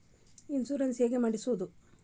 Insurance ಹೇಗೆ ಮಾಡಿಸುವುದು?